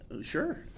Sure